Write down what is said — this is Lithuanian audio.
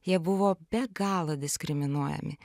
jie buvo be galo diskriminuojami